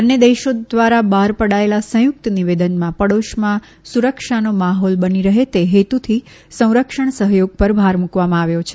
બંને દેશો દ્વારા બહાર પડાયેલા સંયુક્ત નિવેદનમાં પડોશમાં સુરક્ષાનો માહોલ બની રહે તે હેતુથી સંરક્ષણ સહયોગ પર ભાર મૂકવામાં આવ્યો છે